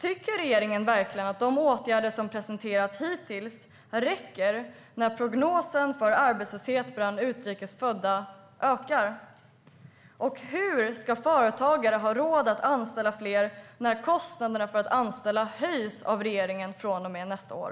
Tycker regeringen verkligen att de åtgärder som har presenterats hittills räcker, när siffrorna för arbetslösheten bland utrikes födda ökar? Hur ska företagare ha råd att anställa fler när kostnaderna för att anställa höjs av regeringen från och med nästa år?